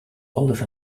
olive